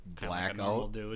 blackout